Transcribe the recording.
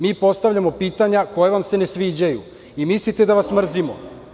Mi postavljamo pitanja koja vam se ne sviđaju i mislite da vas mrzimo.